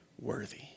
worthy